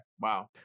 Wow